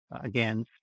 again